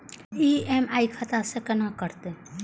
EMI खाता से केना कटते?